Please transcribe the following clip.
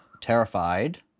terrified